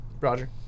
Roger